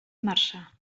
marzà